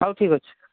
ହଉ ଠିକ୍ ଅଛି